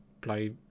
play